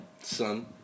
son